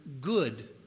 good